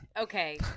okay